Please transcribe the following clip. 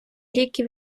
ліки